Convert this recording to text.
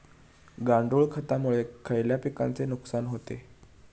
गांडूळ खतामुळे खयल्या पिकांचे नुकसान होते?